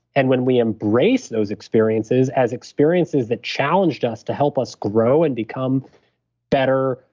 and when we embrace those experiences as experiences that challenged us to help us grow and become better,